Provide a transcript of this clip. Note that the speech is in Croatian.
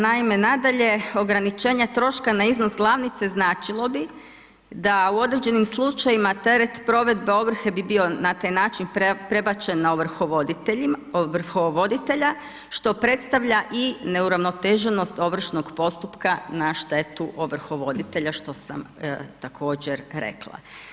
Naime, nadalje, ograničenje troška na iznos glavnice značilo bi da u određenim slučajevima teret provedbe ovrhe bi bio na taj način prebačen na ovrhovoditelja što predstavlja i neuravnoteženost ovršnog postupka na štetu ovrhovoditelja što sam također rekla.